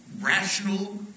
rational